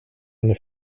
eine